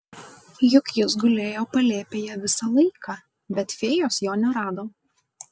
juk jis gulėjo palėpėje visą laiką bet fėjos jo nerado